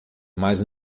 mas